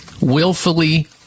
willfully